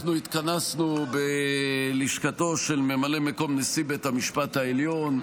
אנחנו התכנסנו בלשכתו של ממלא מקום נשיא בית המשפט העליון,